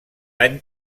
any